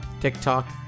TikTok